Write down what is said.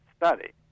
Study